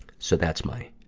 so that's my,